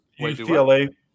ucla